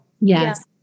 Yes